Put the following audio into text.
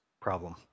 problem